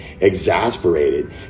Exasperated